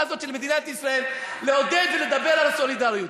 הזאת של מדינת ישראל לעודד ולדבר על הסולידריות?